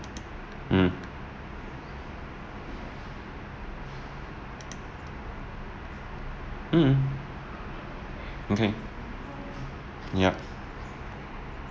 mm mm okay yeah